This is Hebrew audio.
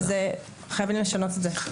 חייבים לשנות את זה.